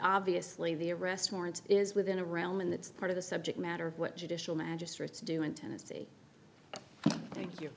obviously the arrest warrant is within the realm and that's part of the subject matter of what judicial magistrates do in tennessee thank you